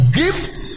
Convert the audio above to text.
gift